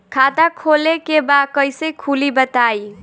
खाता खोले के बा कईसे खुली बताई?